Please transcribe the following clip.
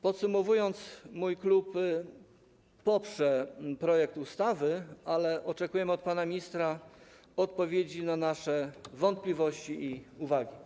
Podsumowując - mój klub poprze projekt ustawy, ale oczekujemy od pana ministra odpowiedzi na nasze wątpliwości i uwagi.